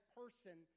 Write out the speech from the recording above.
person